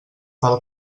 pel